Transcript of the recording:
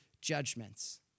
judgments